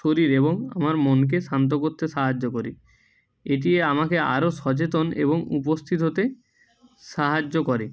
শরীর এবং আমার মনকে শান্ত করতে সাহায্য করে এটি আমাকে আরো সচেতন এবং উপস্থিত হতে সাহায্য করে